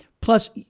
Plus